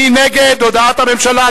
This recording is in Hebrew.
מי נגד הודעת הממשלה?